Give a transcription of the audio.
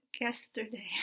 Yesterday